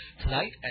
Tonight